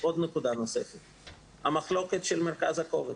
נקודה נוספת היא המחלוקת של מרכז הכובד.